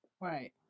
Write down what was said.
Right